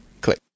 click